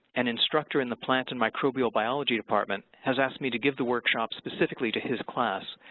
an instructor in the plant and microbial biology department has asked me to give the workshop specifically to his class.